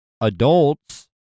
adults